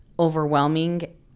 Overwhelming